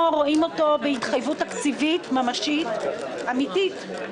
רואים אותו בהתחייבות תקציבית ממשית אמיתית?